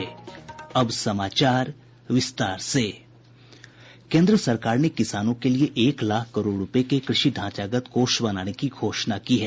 केन्द्र सरकार ने किसानों के लिए एक लाख करोड़ रूपये के कृषि ढांचागत कोष बनाने की घोषणा की है